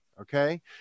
okay